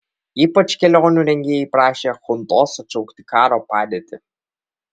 ypač kelionių rengėjai prašė chuntos atšaukti karo padėtį